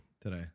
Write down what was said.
today